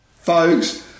folks